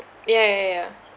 ya ya ya ya